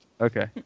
Okay